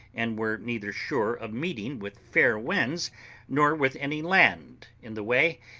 and were neither sure of meeting with fair winds nor with any land in the way,